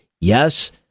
Yes